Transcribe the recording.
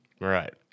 Right